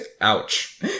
Ouch